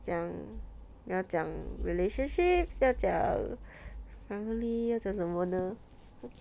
讲要讲 relationships 要讲 family 要讲什么呢